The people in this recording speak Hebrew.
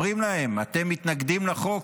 אומרים להם: אתם מתנגדים לחוק?